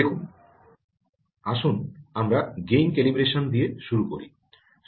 আসুন আমরা gain calibration দিয়ে শুরু করি